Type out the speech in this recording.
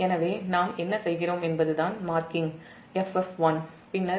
எனவே நாம் என்ன செய்கிறோம் என்பது தான் FF1 பின்னர் bb1 மற்றும் cc1 மார்க்கிங்